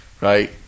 right